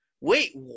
Wait